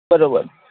બરાબર